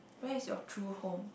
where is your true home